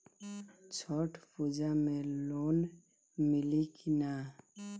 छठ पूजा मे लोन मिली की ना?